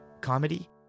comedy